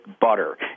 butter